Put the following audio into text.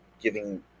giving